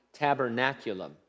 tabernaculum